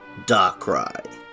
Darkrai